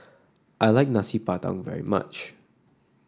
I like Nasi Padang very much